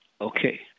Okay